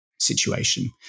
situation